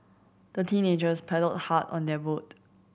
the teenagers paddled hard on their boat